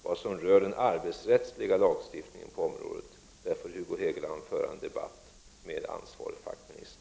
När det gäller den arbetsrättsliga lagstiftningen på området får Hugo Hegeland föra en debatt med ansvarig fackminister.